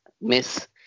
miss